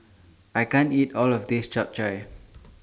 I can't eat All of This Chap Chai